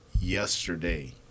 yesterday